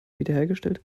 wiederhergestellt